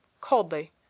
coldly